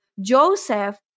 Joseph